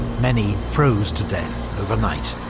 many froze to death overnight.